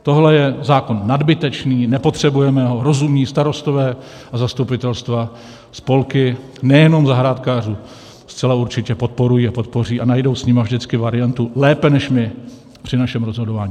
Tohle je zákon nadbytečný, nepotřebujeme ho, rozumní starostové a zastupitelstva spolky nejenom zahrádkářů zcela určitě podporují a podpoří a najdou s nimi vždycky variantu lépe než my při našem rozhodování.